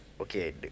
Okay